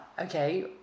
okay